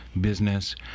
business